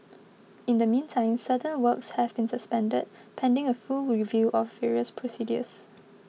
in the meantime certain works have been suspended pending a full review of various procedures